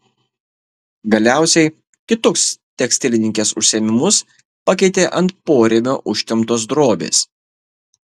galiausiai kitus tekstilininkės užsiėmimus pakeitė ant porėmio užtemptos drobės